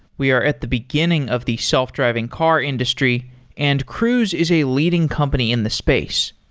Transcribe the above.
we are at the beginning of the self-driving car industry and cruise is a leading company in the space.